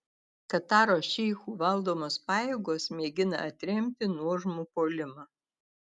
kataro šeichų valdomos pajėgos mėgina atremti nuožmų puolimą